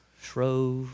shrove